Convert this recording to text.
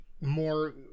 more